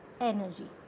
energy